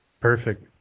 Perfect